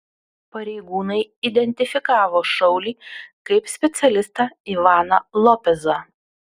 pareigūnai identifikavo šaulį kaip specialistą ivaną lopezą